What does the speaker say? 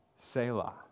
Selah